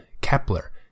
Kepler